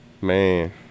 Man